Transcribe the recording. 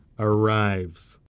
Arrives